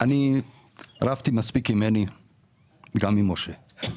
אני רבתי מספיק עם מני וגם עם משה.